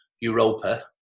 europa